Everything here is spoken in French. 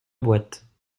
boîte